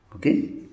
okay